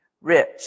rich